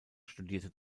studierte